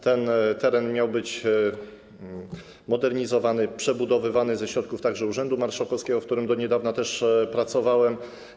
Ten teren miał być modernizowany, przebudowywany ze środków także urzędu marszałkowskiego, w którym do niedawna też pracowałem.